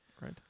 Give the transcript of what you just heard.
Right